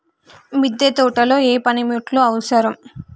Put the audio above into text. మిద్దె తోటలో ఏ పనిముట్లు అవసరం?